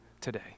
today